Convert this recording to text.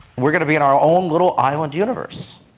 we are going to be in our own little island universe.